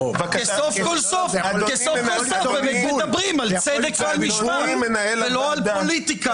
כי סוף כל סוף אתם מדברים על צדק ועל משפט ולא על פוליטיקה